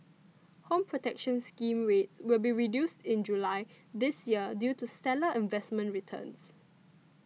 Home Protection Scheme rates will be reduced in July this year due to stellar investment returns